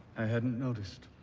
i hadn't noticed.